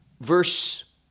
verse